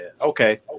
okay